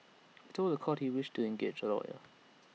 he told The Court he wished to engage A lawyer